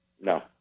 No